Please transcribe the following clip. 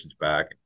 back